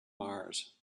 mars